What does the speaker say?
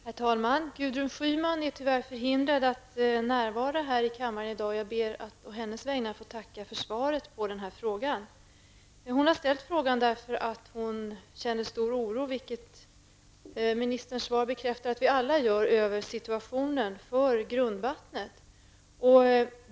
Herr talman! Gudrun Schyman är tyvärr förhindrad att närvara här i kammaren i dag. Jag ber att på hennes vägnar få tacka för svaret på denna fråga. Gudrun Schyman har ställt frågan därför att hon känner stor oro, vilket ministerns svar bekräftar att vi alla gör, över situationen för grundvattnet.